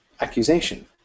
accusation